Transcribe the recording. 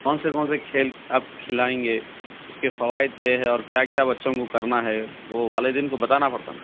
کون سے کون سے کھیل آپ کھلائیں گے اُس کے فوائد کیا ہے اور کیا کیا بچوں کو کرنا ہے وہ والدین کو بتانا پڑتا نا